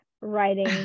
writing